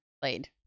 played